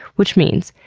which means,